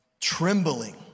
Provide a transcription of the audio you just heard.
trembling